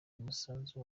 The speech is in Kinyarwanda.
umusanzu